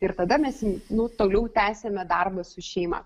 ir tada mes nu toliau tęsiame darbą su šeima